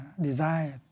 desire